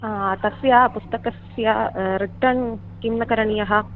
तस्य पुस्तकस्य रिटर्न् किं न करणीयं